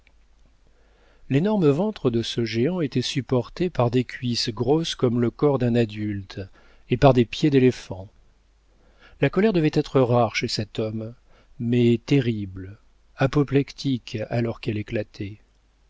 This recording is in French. l'énorme ventre de ce géant était supporté par des cuisses grosses comme le corps d'un adulte et par des pieds d'éléphant la colère devait être rare chez cet homme mais terrible apoplectique alors qu'elle éclatait